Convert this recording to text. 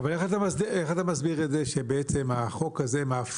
איך אתה מסביר את זה שבעצם החוק הזה אוסר